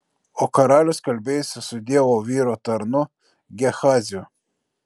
o karalius kalbėjosi su dievo vyro tarnu gehaziu